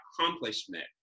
accomplishment